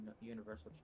universal